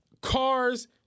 cars